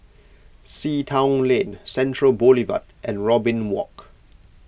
Sea Town Lane Central Boulevard and Robin Walk